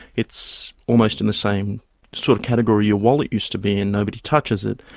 it's almost in the same sort of category your wallet used to be in, nobody touches it,